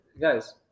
Guys